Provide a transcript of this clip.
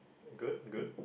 good good